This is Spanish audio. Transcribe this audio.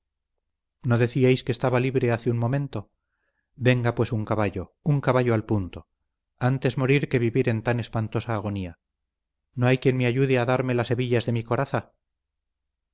no decíais que estaba libre hace un momento venga pues un caballo un caballo al punto antes morir que vivir en tan espantosa agonía no hay quien me ayude a darme las hebillas de mi coraza